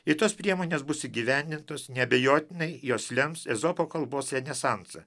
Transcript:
kai tos priemonės bus įgyvendintos neabejotinai jos lems ezopo kalbos renesansą